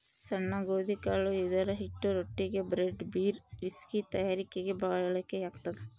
ಸಣ್ಣ ಗೋಧಿಕಾಳು ಇದರಹಿಟ್ಟು ರೊಟ್ಟಿಗೆ, ಬ್ರೆಡ್, ಬೀರ್, ವಿಸ್ಕಿ ತಯಾರಿಕೆಗೆ ಬಳಕೆಯಾಗ್ತದ